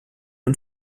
und